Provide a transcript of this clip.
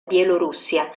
bielorussia